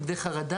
נוגדי חרדה,